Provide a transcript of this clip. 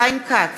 נגד חיים כץ,